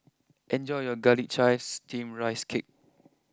enjoy your Garlic Chives Steamed Rice Cake